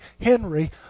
Henry